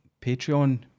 Patreon